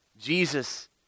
Jesus